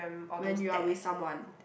when you are with someone